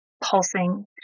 pulsing